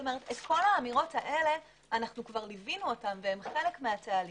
את כל האמירות האלה ליווינו כבר, והם חלק מהתהליך.